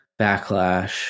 backlash